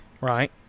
right